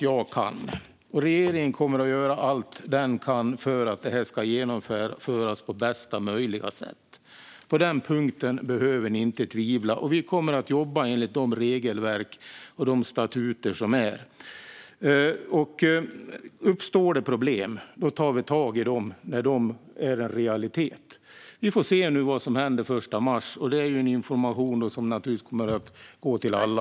Jag och regeringen ska göra allt vi kan för att det här ska genomföras på bästa möjliga sätt. På den punkten behöver ni inte tvivla. Vi kommer att jobba enligt de regelverk och de statuter som finns. Uppstår det problem tar vi tag i dem när de är en realitet. Vi får se vad som händer den 1 mars. Det är en information som naturligtvis kommer att gå till alla.